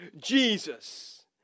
Jesus